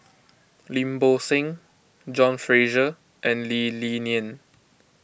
Lim Bo Seng John Fraser and Lee Li Lian